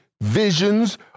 visions